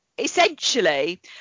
Essentially